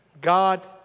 God